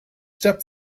step